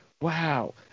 Wow